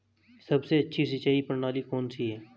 सबसे अच्छी सिंचाई प्रणाली कौन सी है?